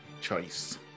choice